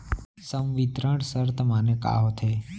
संवितरण शर्त माने का होथे?